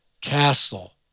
castle